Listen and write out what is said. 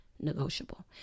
negotiable